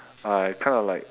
I kind of like